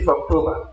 October